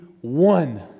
one